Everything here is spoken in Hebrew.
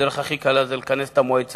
הדרך הכי קלה היא לכנס את המועצה